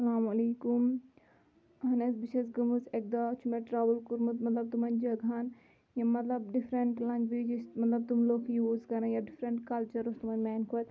السلامُ علیکُم اہن حظ بہٕ چھَس گٔمٕژ اَکہِ دۄہ حظ چھُ مےٚ ٹرٛیوٕل کوٚرمُت مطلب تِمَن جگہَن یِم مطلب ڈِفرَنٛٹ لینگویج ٲسۍ مطلب تِم لُکھ یوٗز کَران یا ڈِفرَنٹ کَلچَر اوس تِمَن میٛانہِ کھۄتہٕ